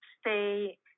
stay